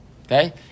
Okay